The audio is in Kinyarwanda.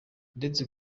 ndetse